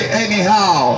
anyhow